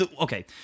Okay